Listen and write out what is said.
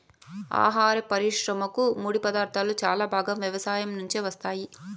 ఆహార పరిశ్రమకు ముడిపదార్థాలు చాలా భాగం వ్యవసాయం నుంచే వస్తాయి